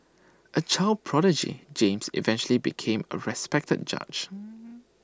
A child prodigy James eventually became A respected judge